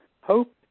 Hope